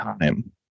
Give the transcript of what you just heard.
time